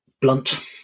blunt